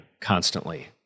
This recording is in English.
constantly